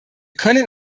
können